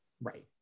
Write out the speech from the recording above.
Right